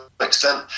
extent